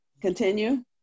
Continue